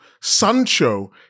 Sancho